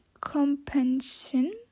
compensation